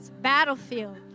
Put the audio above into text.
battlefield